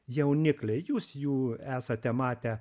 jaunikliai jūs jų esate matę